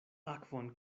akvon